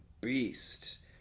beast